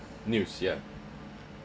news yeah